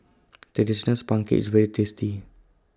Traditional Sponge Cake IS very tasty